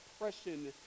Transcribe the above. oppression